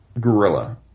gorilla